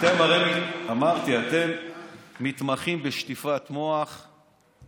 אתם הרי, אמרתי, מתמחים בשטיפת מוח, אנחנו?